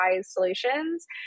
solutions